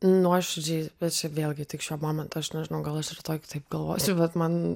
nuoširdžiai bet čia vėlgi tik šiuo momentu aš nežinau gal aš rytoj kitaip galvosiu bet man